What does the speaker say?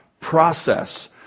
process